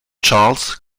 charles